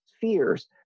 fears